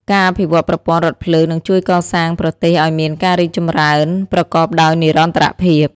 ការអភិវឌ្ឍន៍ប្រព័ន្ធរថភ្លើងនឹងជួយកសាងប្រទេសឱ្យមានការរីកចម្រើនប្រកបដោយនិរន្តរភាព។